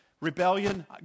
rebellion